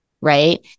right